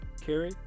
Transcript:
Carrie